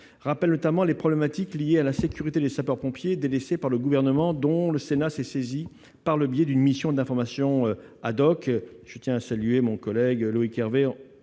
rappelle notamment les problématiques liées à la sécurité des sapeurs-pompiers, délaissée par le Gouvernement et dont le Sénat s'est saisi par le biais d'une mission d'information À cet égard, je salue mon collègue Loïc Hervé.